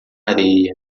areia